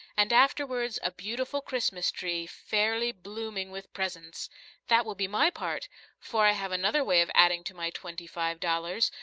and afterwards a beautiful christmas tree, fairly blooming with presents that will be my part for i have another way of adding to my twenty-five dollars,